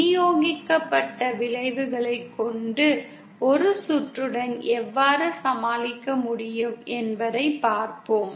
விநியோகிக்கப்பட்ட விளைவுகளைக் கொண்ட ஒரு சுற்றுடன் எவ்வாறு சமாளிக்க முடியும் என்பதைப் பார்ப்போம்